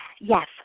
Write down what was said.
Yes